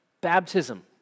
baptism